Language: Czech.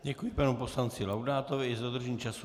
Děkuji panu poslanci Laudátovi i za dodržení času.